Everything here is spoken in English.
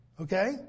okay